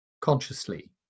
consciously